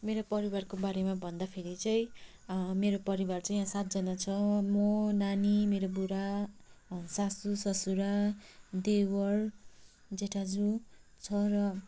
मेरो परिवारको बारेमा भन्दाखेरि चाहिँ मेरो परिवार चाहिँ सातजना छ म नानी मेरो बुढा सासू ससुरा देवर जेठाजु छ र